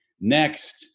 next